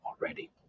already